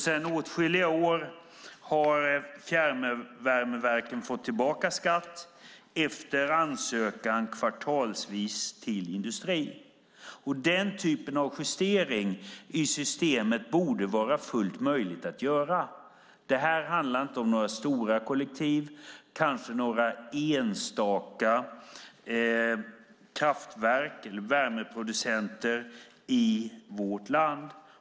Sedan åtskilliga år har fjärrvärmeverken fått tillbaka skatt kvartalsvis efter ansökan till industrin. Den typen av justering i systemet borde vara fullt möjligt att göra. Det handlar inte om några stora kollektiv, kanske några enstaka kraftverk eller värmeproducenter i vårt land.